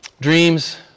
dreams